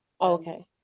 okay